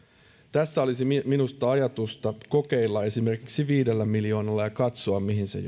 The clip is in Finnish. tässä olisi minusta ajatusta kokeilla tätä esimerkiksi viidellä miljoonalla ja katsoa mihin se